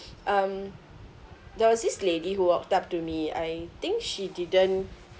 um there was this lady who walked up to me I think she didn't